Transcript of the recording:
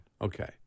Okay